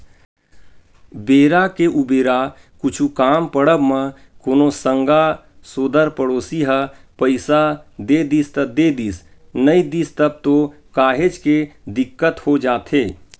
बेरा के उबेरा कुछु काम पड़ब म कोनो संगा सोदर पड़ोसी ह पइसा दे दिस त देदिस नइ दिस तब तो काहेच के दिक्कत हो जाथे